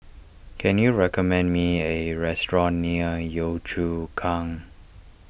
can you recommend me A restaurant near Yio Chu Kang